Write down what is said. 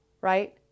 right